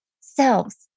selves